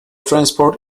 transport